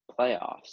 playoffs